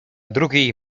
drugiej